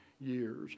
years